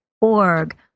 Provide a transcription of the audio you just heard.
org